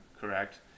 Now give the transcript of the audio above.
correct